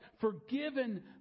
forgiven